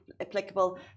applicable